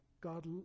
God